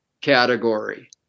category